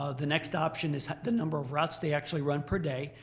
ah the next option is the number of routes they actually run per day.